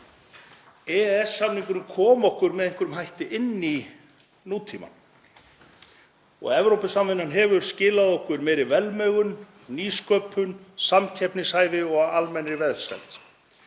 EES-samningurinn kom okkur með einhverjum hætti inn í nútímann og Evrópusamvinnan hefur skilað okkur meiri velmegun, nýsköpun, samkeppnishæfi og almennri velsæld.